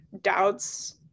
doubts